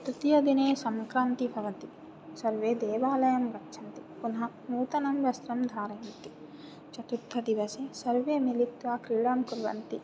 तृतीयदिने सङ्क्रान्तिः भवति सर्वे देवालयं गच्छन्ति पुनः नूतनं वस्त्रं धारयन्ति चतुर्थदिवसे सर्वे मिलित्वा क्रीडां कुर्वन्ति